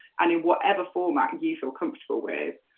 and in whatever format you feel comfortable with,